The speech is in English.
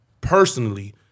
personally